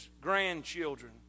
grandchildren